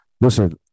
listen